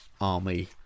army